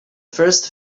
first